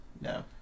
No